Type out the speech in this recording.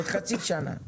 עוד חצי שנה.